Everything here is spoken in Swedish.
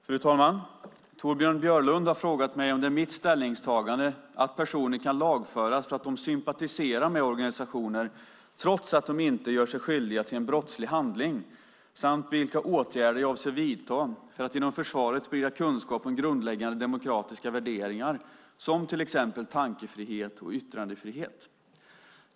Fru talman! Torbjörn Björlund har frågat mig om det är mitt ställningstagande att personer kan lagföras för att de sympatiserar med organisationer trots att de inte gör sig skyldiga till en brottslig handling samt vilka åtgärder jag avser att vidta för att inom försvaret sprida kunskap om grundläggande demokratiska värderingar som till exempel tankefrihet och yttrandefrihet.